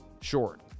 short